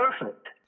perfect